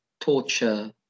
torture